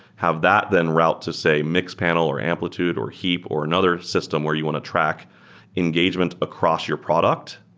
have that then route to, say, mix panel, or amplitude, or heap, or another system where you want to track engagements across your product.